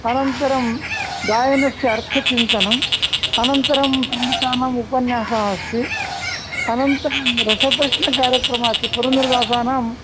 अनन्तरं गायनस्य अर्थचिन्तनम् अनन्तरं पदानाम् उपन्यासः अस्ति अनन्तरं रसप्रश्नकार्यक्रमः अस्ति पुरन्दरदासानाम्